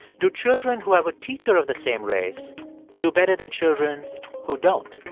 do children who have a teacher of the same race do better than children who don't?